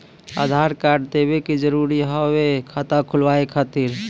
आधार कार्ड देवे के जरूरी हाव हई खाता खुलाए खातिर?